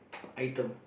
item